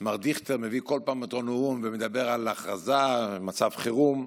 מחדש מר דיכטר מביא בכל פעם את אותו נאום ומדבר על הכרזה על מצב חירום.